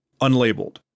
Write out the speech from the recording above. Unlabeled